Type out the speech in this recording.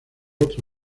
otra